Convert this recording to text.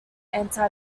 anti